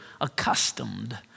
accustomed